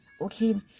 okay